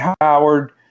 Howard